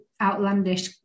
outlandish